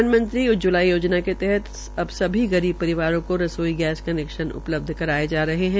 प्रधानमंत्री उज्जवला योजना के तहत अब सभी गरीब परिवारों को रसोई गैस कनैक्शन उपलब्ध कराये जा रहे है